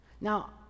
now